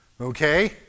Okay